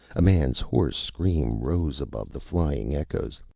a man's hoarse scream rose above the flying echoes.